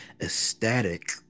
ecstatic